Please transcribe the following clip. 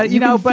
ah you know. but